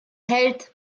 hält